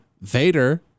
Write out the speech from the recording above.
Vader